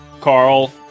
Carl